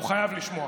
הוא חייב לשמוע.